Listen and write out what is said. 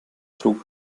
trug